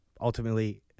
ultimately